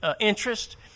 interest